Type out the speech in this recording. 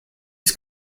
his